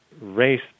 race